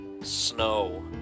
snow